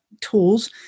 tools